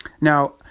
now